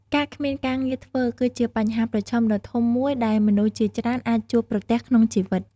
ការគ្មានការងារធ្វើ គឺជាបញ្ហាប្រឈមដ៏ធំមួយដែលមនុស្សជាច្រើនអាចជួបប្រទះក្នុងជីវិត។